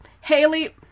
Haley